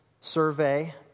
survey